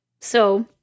So-